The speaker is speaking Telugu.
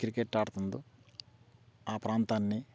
క్రికెట్ ఆడుతుందో ఆ ప్రాంతాన్ని